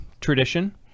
tradition